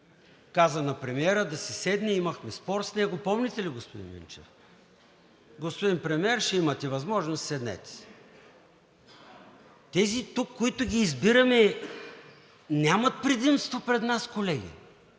каза на премиера да си седне. Имахме спор с него – помните ли, господин Минчев? Каза: „Господин Премиер, ще имате възможност, седнете.“ Тези, които ги избираме тук, нямат предимство пред нас, колеги.